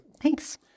Thanks